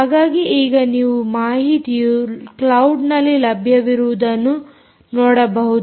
ಹಾಗಾಗಿ ಈಗ ನೀವು ಮಾಹಿತಿಯು ಕ್ಲೌಡ್ನಲ್ಲಿ ಲಭ್ಯವಿರುವುದನ್ನು ನೋಡಬಹುದು